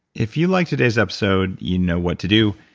if you liked today's episode, you know what to do.